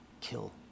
Kill